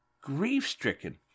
grief-stricken